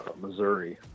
missouri